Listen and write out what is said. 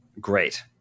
Great